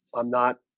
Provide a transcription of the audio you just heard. i'm not